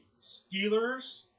Steelers